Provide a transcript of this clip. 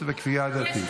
רצית דברי תורה.